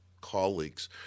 colleagues